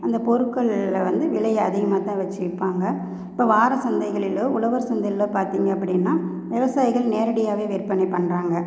அந்த பொருட்களில் வந்து விலை அதிகமாக தான் வெச்சி விற்பாங்க இப்போ வார சந்தைகளிலோ உழவர் சந்தைகளிலோ பார்த்திங்க அப்படின்னா விவசாயிகள் நேரடியாகவே விற்பனை பண்ணுறாங்க